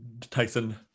Tyson